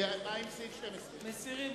מסירה.